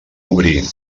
obrir